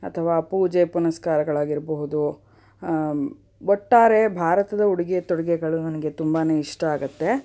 ಅಥವಾ ಪೂಜೆ ಪುನಸ್ಕಾರಗಳಾಗಿರಬಹುದು ಒಟ್ಟಾರೆ ಭಾರತದ ಉಡುಗೆ ತೊಡುಗೆಗಳು ನನಗೆ ತುಂಬಾ ಇಷ್ಟ ಆಗುತ್ತೆ